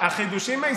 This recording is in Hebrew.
החידושים,